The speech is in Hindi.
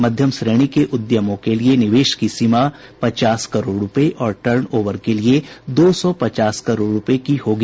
मध्यम श्रेणी के उद्यमों के लिए निवेश की सीमा पचास करोड़ रुपये और टर्नओवर के लिए दो सौ पचास करोड़ रुपये की होगी